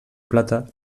plata